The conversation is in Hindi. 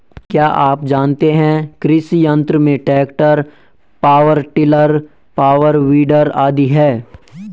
क्या आप जानते है कृषि यंत्र में tractor, power tiller, power weeder आदि है?